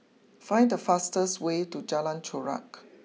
find the fastest way to Jalan Chorak